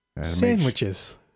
sandwiches